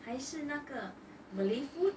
还是那个 malay food